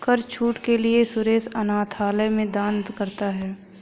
कर छूट के लिए सुरेश अनाथालय में दान करता है